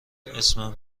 اسمم